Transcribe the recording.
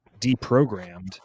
deprogrammed